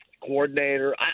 coordinator